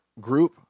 Group